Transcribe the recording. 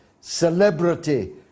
celebrity